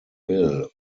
bill